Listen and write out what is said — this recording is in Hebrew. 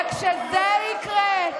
הוא יודע, וכשזה יקרה,